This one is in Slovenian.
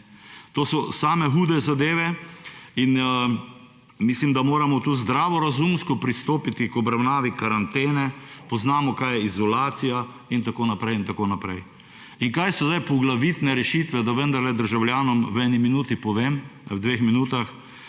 To so same hude zadeve in mislim, da moramo to zdravorazumsko pristopiti k obravnavi karantene. Poznamo, kaj je izolacija in tako naprej in tako naprej. Kaj so zdaj poglavitne rešitve? Da vendarle državljanom v eni minuti, v dveh minutah